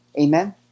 amen